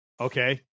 Okay